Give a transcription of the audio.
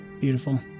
Beautiful